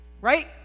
right